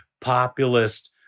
populist